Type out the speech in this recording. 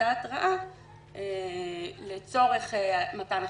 אותה התראה לצורך מתן החיווי.